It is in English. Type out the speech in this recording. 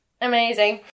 Amazing